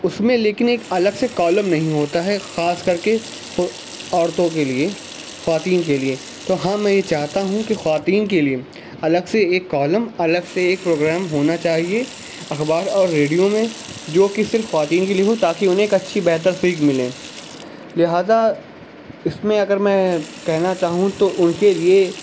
اس میں لیکن ایک الگ سے کالم نہیں ہوتا ہے خاص کر کے ہو عورتوں کے لیے خواتین کے لیے تو ہاں میں یہ چاہتا ہوں کہ خواتین کے لیے الگ سے ایک کالم الگ سے ایک پروگرام ہونا چاہیے اخبار اور ریڈیو میں جو کہ صرف خواتین کے لیے ہو تاکہ انہیں ایک اچھی بہتر سیکھ ملے لہٰذا اس میں اگر میں کہنا چاہوں تو ان کے لیے